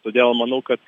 todėl manau kad